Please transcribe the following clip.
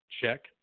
check